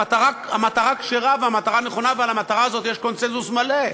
המטרה כשרה והמטרה נכונה ועל המטרה הזאת יש קונסנזוס מלא,